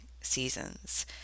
seasons